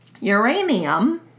uranium